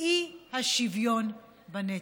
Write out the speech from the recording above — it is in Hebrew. האי-שוויון בנטל.